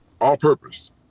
all-purpose